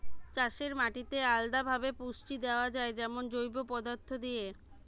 চাষের মাটিতে আলদা ভাবে পুষ্টি দেয়া যায় যেমন জৈব পদার্থ দিয়ে